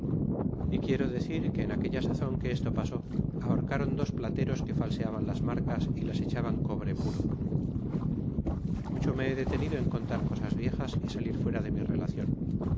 y quiero decir que en aquella sazon que esto pasó ahorcaron dos plateros que falseaban las marcas y las echaban cobre puro mucho nie he detenido en contar cosas viejas y salir fuera de mi relacion